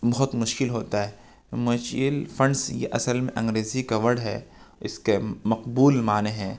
بہت مشکل ہوتا ہے میوچوئل فنڈز یہ اصل میں انگریزی ورڈ ہے اس کے مقبول معنی ہیں